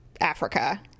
Africa